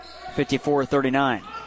54-39